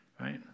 right